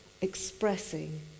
expressing